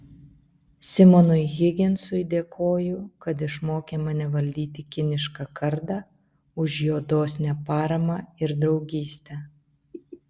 simonui higginsui dėkoju kad išmokė mane valdyti kinišką kardą už jo dosnią paramą ir draugystę